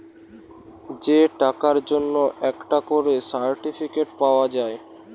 যে টাকার জন্যে একটা করে সার্টিফিকেট পাওয়া যায়